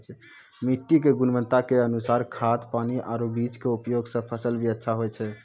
मिट्टी के गुणवत्ता के अनुसार खाद, पानी आरो बीज के उपयोग सॅ फसल भी अच्छा होय छै